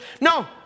No